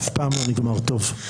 אף פעם זה לא נגמר טוב.